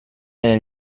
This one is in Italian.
nel